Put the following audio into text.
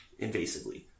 invasively